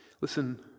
Listen